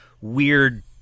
weird